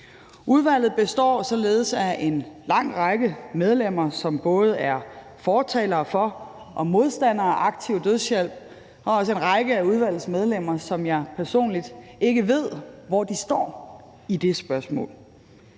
Udvalget består således af en lang række medlemmer, som både er fortalere for og modstandere af aktiv dødshjælp, og der er også en række af udvalgets medlemmer, som jeg personligt ikke ved hvor står i det spørgsmål,